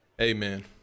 Amen